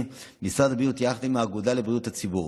משרד הבריאות, יחד עם האגודה לבריאות הציבור,